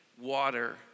water